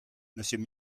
monsieur